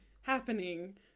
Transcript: happening